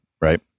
right